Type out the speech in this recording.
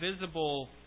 visible